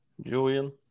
Julian